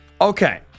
Okay